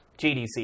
GDC